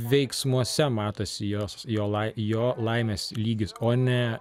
veiksmuose matosi jos jo jo laimės lygis o ne